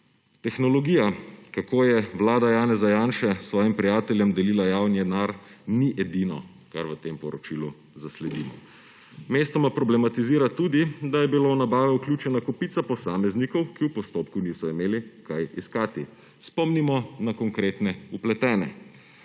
Tehnologija, kako je vlada Janeza Janše svojim prijateljem delila javni denar, ni edino, kar v tem poročilu zasledimo. Mestoma problematizira tudi, da je bila v nabavo vključena kopica posameznikov, ki v postopku niso imeli kaj iskati. Spomnimo na konkretne vpletene.